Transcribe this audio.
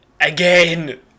again